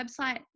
website